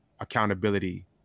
accountability